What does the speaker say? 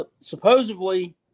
supposedly